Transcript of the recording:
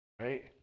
Right